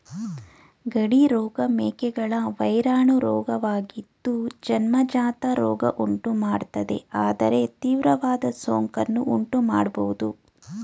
ಗಡಿ ರೋಗ ಮೇಕೆಗಳ ವೈರಾಣು ರೋಗವಾಗಿದ್ದು ಜನ್ಮಜಾತ ರೋಗ ಉಂಟುಮಾಡ್ತದೆ ಆದರೆ ತೀವ್ರವಾದ ಸೋಂಕನ್ನು ಉಂಟುಮಾಡ್ಬೋದು